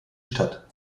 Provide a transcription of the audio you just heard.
stadt